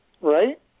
right